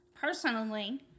Personally